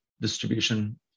distribution